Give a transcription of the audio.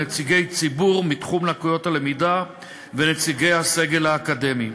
נציגי ציבור מתחום לקויות הלמידה ונציגי הסגל האקדמי.